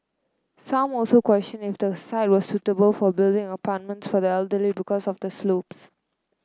some also questioned if the site was suitable for building apartments for the elderly because of the slopes